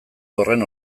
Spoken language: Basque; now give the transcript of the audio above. horren